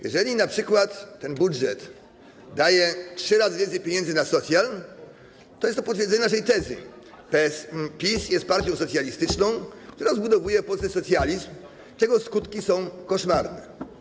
Jeżeli np. ten budżet daje trzy razy więcej pieniędzy na socjal, to jest to potwierdzenie naszej tezy: PiS jest partią socjalistyczna, która buduje w Polsce socjalizm, czego skutki są koszmarne.